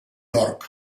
york